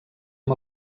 amb